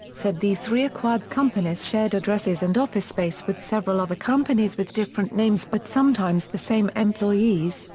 said these three acquired companies shared addresses and office space with several other companies with different names but sometimes the same employees,